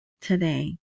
today